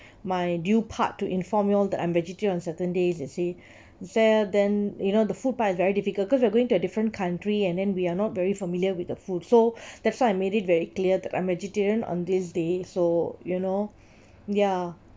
my due part to inform you all that I'm vegetarian on certain days you see then you know the food part is very difficult cause we are going to a different country and then we're not very familiar with the food so that's why I made it very clear that I'm vegetarian on these days so you know ya